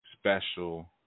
special